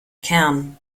kern